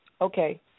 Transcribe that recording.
Okay